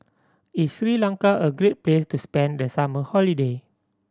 is Sri Lanka a great place to spend the summer holiday